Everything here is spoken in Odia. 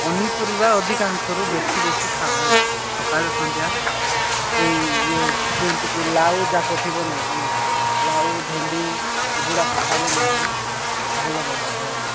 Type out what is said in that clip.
ପନିପରିବା ଅଧିକାଂଶରୁ ବେଶୀ ବେଶୀ ଖାଉ ହେଲା ସକାଳ ସନ୍ଧ୍ୟା ଏଇ ଇଏ ଯେମିତିକି ଲାଉ ଯାକ ଥିବ ନାଇଁକି ଲାଉ ଭେଣ୍ଡି ଏଗୁଡ଼ାକ ଖାଇଲେ ନାଇଁକି ଭଲ ରହିବ ଦେହ ମିଶା